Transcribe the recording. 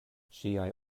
ŝiaj